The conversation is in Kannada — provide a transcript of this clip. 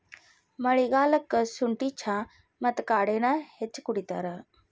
ಮಳಿಗಾಲಕ್ಕ ಸುಂಠಿ ಚಾ ಮತ್ತ ಕಾಡೆನಾ ಹೆಚ್ಚ ಕುಡಿತಾರ